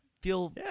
feel